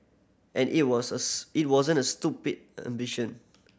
and it was a it wasn't a stupid ambition